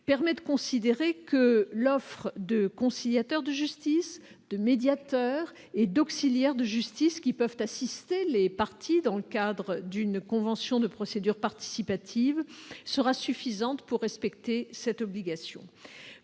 permet de considérer que l'offre de conciliateurs de justice, de médiateurs et d'auxiliaires de justice pouvant assister les parties dans le cadre d'une convention de procédure participative sera suffisante pour que cette obligation